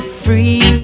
free